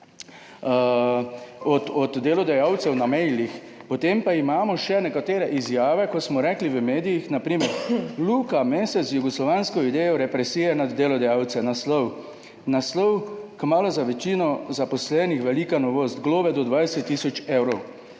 od delodajalcev, imamo še nekatere izjave, kot smo rekli v medijih, na primer naslov Luka Mesec z jugoslovansko idejo represije nad delodajalce. Naslov Kmalu za večino zaposlenih velika novost, globe do 20 tisoč evrov.